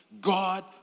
God